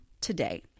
today